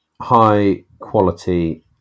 high-quality